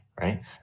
Right